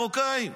מרוקאים.